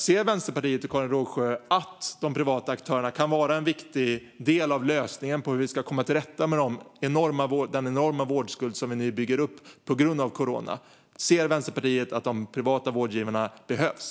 Ser Vänsterpartiet och Karin Rågsjö att de privata aktörerna kan vara en viktig del av lösningen på hur vi ska komma till rätta med den enorma vårdskuld som nu byggs upp på grund av coronan? Ser Vänsterpartiet att de privata vårdgivarna behövs?